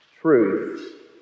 Truth